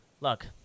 Look